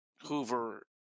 Hoover